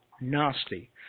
nasty